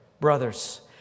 brothers